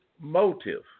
motive